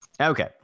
okay